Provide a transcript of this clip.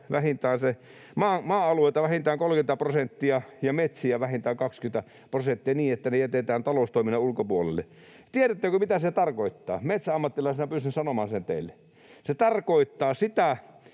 suojella vähintään se 30 prosenttia ja metsiä vähintään 20 prosenttia, niin että ne jätetään taloustoiminnan ulkopuolelle. Tiedättekö, mitä se tarkoittaa? Metsäammattilaisena pystyn sanomaan sen teille. Se tarkoittaa sitä,